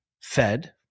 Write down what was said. fed